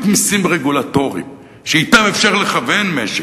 מסים רגולטוריים שאתם אפשר לכוון משק,